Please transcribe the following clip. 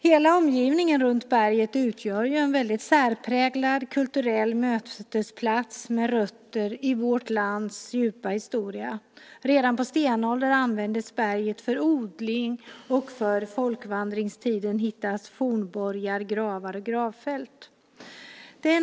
Hela omgivningen runt Omberg utgör en särpräglad kulturell mötesplats med djupa rötter i vårt lands historia. Redan på stenåldern användes berget för odling, och från folkvandringstiden har det hittats fornborgar, gravar och gravfält.